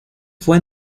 fue